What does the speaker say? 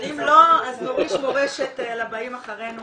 אם לא אז נוריש מורשת לבאים אחרינו